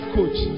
Coach